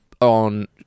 on